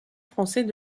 français